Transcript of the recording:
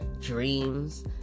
dreams